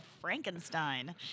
Frankenstein